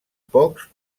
pocs